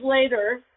later